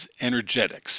Energetics